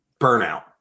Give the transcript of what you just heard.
burnout